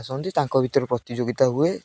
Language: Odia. ଆସନ୍ତି ତାଙ୍କ ଭିତରେ ପ୍ରତିଯୋଗିତା ହୁଏ